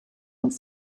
und